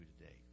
today